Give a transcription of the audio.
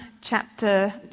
chapter